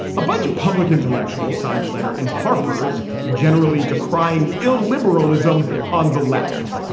a bunch of public intellectuals signed a letter in harper's generally decrying illiberalism on the left.